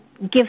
give